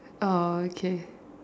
orh okay